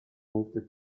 moved